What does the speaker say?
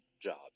jobs